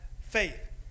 faith